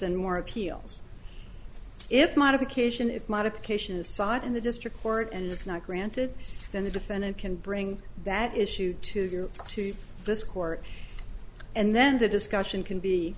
and more appeals if modification if modification is sought in the district court and is not granted then the defendant can bring that issue to you to this court and then the discussion can be